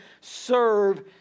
serve